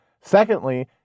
Secondly